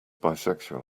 bisexual